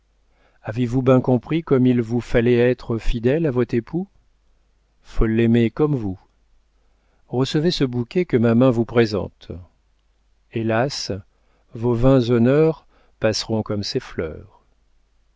avez-vous ben compris comm'il vous fallait être fidèle à vot époux faut l'aimer comme vous recevez ce bouquet que ma main vous présente hélas vos vains honneurs pass'ront comme ces fleurs